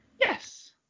Yes